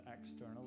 external